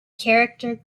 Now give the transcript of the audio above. character